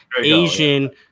Asian